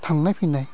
थांनाय फैनाय